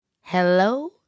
Hello